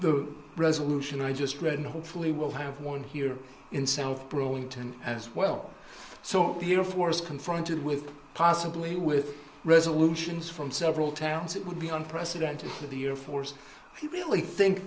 the resolution i just read and hopefully we'll have one here in south burlington as well so here four is confronted with possibly with resolutions from several towns it would be unprecedented for the air force he really think